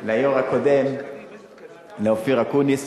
היושב-ראש הקודם, ליושב-ראש הקודם, לאופיר אקוניס,